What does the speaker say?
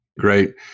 Great